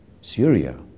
Syria